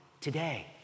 Today